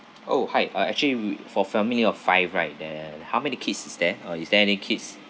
oh hi uh actually we for family of five right then how many kids is there or is there any kids